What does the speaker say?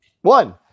One